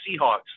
Seahawks